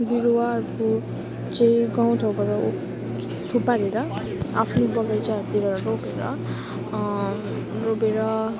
बिरुवाहरूको चाहिँ गाउँठाउँबाट थुपारेर आफ्नो बगैँचाहरूतिर रोपेर रोपेर